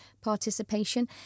participation